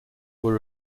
were